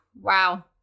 wow